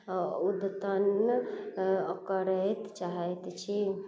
ओकरा अद्यतन करय चाहैत छी